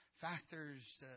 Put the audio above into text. factors